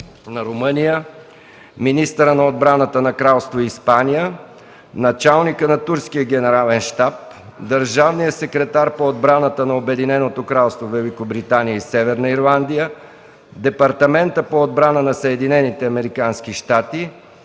на Румъния, министъра на отбраната на Кралство Испания, началника на Турския генерален щаб, държавния секретар по отбраната на Обединеното кралство Великобритания и Северна Ирландия, Департамента по отбраната на